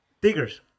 diggers